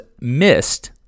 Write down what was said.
missed